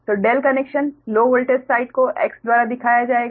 तो ∆ connection low voltage side को X द्वारा दिखाया जाएगा